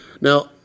Now